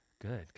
good